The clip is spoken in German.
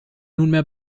nunmehr